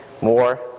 More